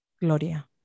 gloria